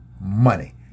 money